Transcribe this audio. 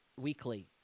weekly